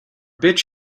bitch